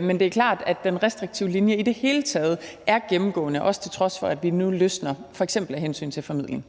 Men det er klart, at den restriktive linje i det hele taget er gennemgående, også til trods for at vi nu løsner f.eks. af hensyn til formidling.